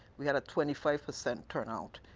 we had twenty five percent turnout.